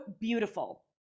beautiful